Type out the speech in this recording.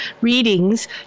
readings